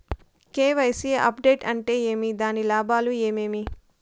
KYC update అంటే ఏమి? దాని లాభాలు ఏమేమి?